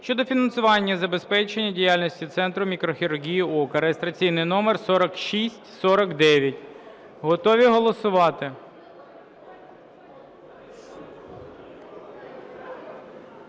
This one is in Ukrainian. щодо фінансування і забезпечення діяльності Центру мікрохірургії ока (реєстраційний номер 4649). Готові голосувати?